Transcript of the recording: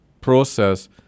process